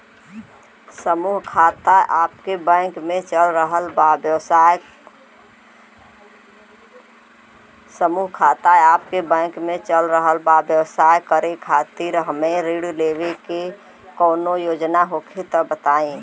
समूह खाता आपके बैंक मे चल रहल बा ब्यवसाय करे खातिर हमे ऋण लेवे के कौनो योजना होखे त बताई?